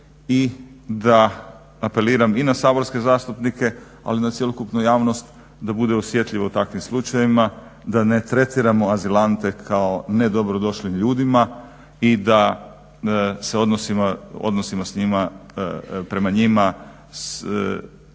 i da apeliram i na saborske zastupnike ali i na cjelokupnu javnost da bude osjetljiva u takvim slučajevima, da ne tretiramo azilante kao ne dobrodošlim ljudima i da se odnosimo prema njima, da